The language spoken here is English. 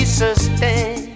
sustain